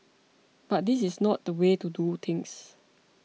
but this is not the way to do things